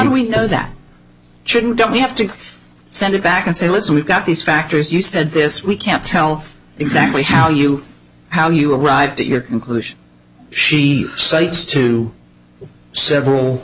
and we know that shouldn't we have to send it back and say listen we've got these factors you said this we can't tell exactly how you how you arrived at your conclusion she cites to several